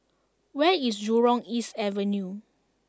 where is Jurong East Avenue